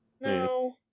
no